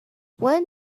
when